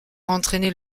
entraîné